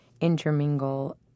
intermingle